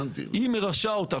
היא מרשה אותה.